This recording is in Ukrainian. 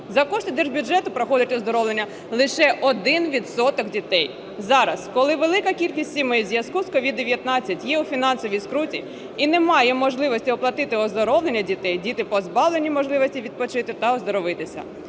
За кошти держбюджету проходить оздоровлення лише один відсоток дітей. Зараз, коли велика кількість сімей у зв'язку з COVID-19 є у фінансовій скруті і не має можливості оплатити оздоровлення дітей, діти позбавлені можливості відпочити та оздоровитися.